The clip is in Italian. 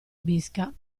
bisca